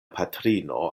patrino